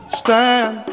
stand